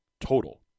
total